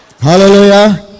Hallelujah